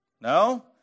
No